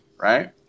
right